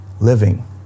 living